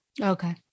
Okay